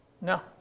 No